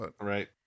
Right